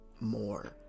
more